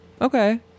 Okay